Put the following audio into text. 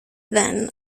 then